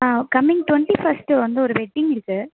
ஆ coming twenty first வந்து ஒரு wedding இருக்குது